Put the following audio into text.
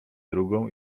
drugą